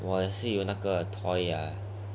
我也是有那个 toy ah